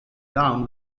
down